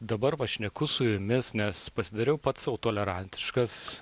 dabar va šneku su jumis nes pasidariau pats sau tolerantiškas